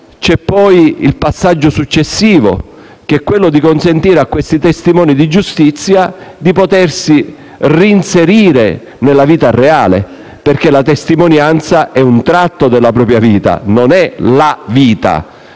c'è il passaggio successivo di consentire ai testimoni di giustizia di potersi reinserire nella vita reale, perché la testimonianza è un tratto della propria vita, non è la vita: